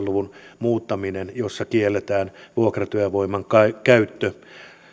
luvun muuttaminen jossa kielletään vuokratyövoiman käyttö